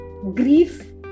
Grief